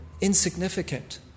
insignificant